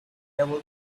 able